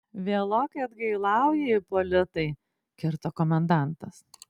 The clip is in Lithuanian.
vėlokai atgailauji ipolitai kirto komendantas